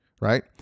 Right